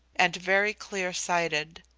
and very clear-sighted.